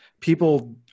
people